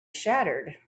shattered